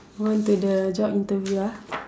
move on to the job interview ah